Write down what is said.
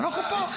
אנחנו פה.